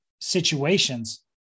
situations